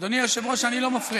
אדוני היושב-ראש, אני לא מפריע.